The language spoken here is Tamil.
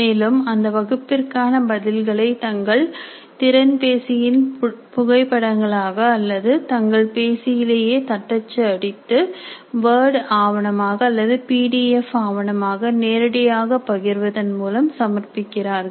மேலும் மாணவர்கள் அந்த வகுப்பீடுகளுக்கான பதில்களை தங்கள் திறன்பேசியின் புகைப்படங்களாக அல்லது தங்கள் பேசியிலேயே தட்டச்சு அடித்து வேர்டு ஆவணமாக அல்லது பிடிஎஃப் ஆவணமாக நேரடியாக பகிர்வதன் மூலம் சமர்ப்பிக்கிறார்கள்